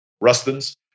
Rustin's